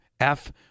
-F